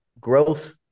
growth